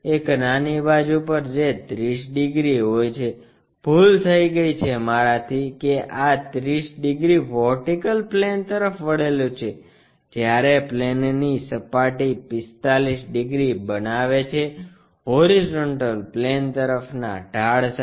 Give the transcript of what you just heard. એક નાની બાજુ પર જે 30 ડિગ્રી હોય છે ભૂલ થઇ છે મારાથી કે આ 30 ડિગ્રી વર્ટિકલ પ્લેન તરફ વળેલું છે જ્યારે પ્લેનની સપાટી 45 ડિગ્રી બનાવે છે હોરીઝોન્ટલ પ્લેન તરફના ઢાળ સાથે